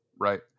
right